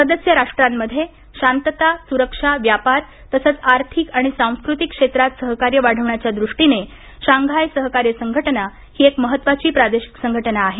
सदस्य राष्ट्रांमध्ये शांतता सुरक्षा व्यापार तसंच आर्थिक आणि सांस्कृतिक क्षेत्रात सहकार्य वाढवण्याच्या दृष्टीने शांघाय सहकार्य संघटना ही एक महत्वाची प्रादेशिक संघटना आहे